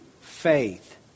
faith